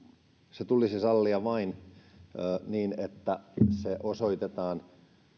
se tulisi sallia vain niin että se salliminen osoitetaan